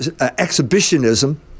exhibitionism